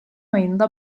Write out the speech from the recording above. ayında